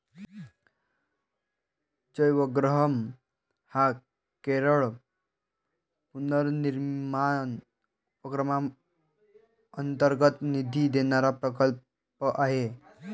जयवग्रहम हा केरळ पुनर्निर्माण उपक्रमांतर्गत निधी देणारा प्रकल्प आहे